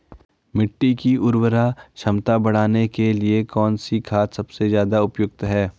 मिट्टी की उर्वरा क्षमता बढ़ाने के लिए कौन सी खाद सबसे ज़्यादा उपयुक्त है?